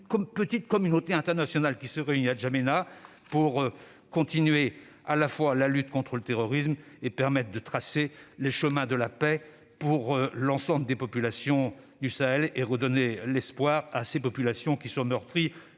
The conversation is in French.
petite communauté internationale qui se réunit à N'Djamena pour continuer à la fois la lutte contre le terrorisme et permettre de tracer les chemins de la paix pour l'ensemble des populations du Sahel, meurtries depuis maintenant de